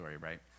right